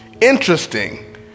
Interesting